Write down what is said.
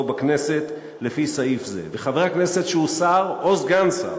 בכנסת לפי סעיף זה וחבר הכנסת שהוא שר או סגן שר,